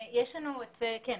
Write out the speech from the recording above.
כן,